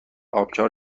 آبشار